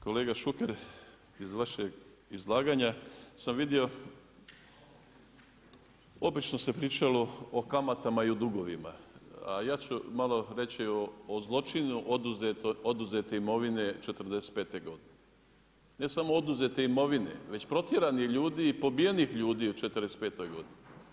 Kolega Šuker iz vašeg izlaganja sam vidio obično se pričalo o kamatama i dugovima, a ja ću malo reći o zločinu oduzete imovine '45. godine, ne samo oduzete imovine već protjeranih ljudi i pobijenih ljudi u '45. godini.